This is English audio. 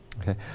okay